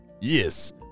Yes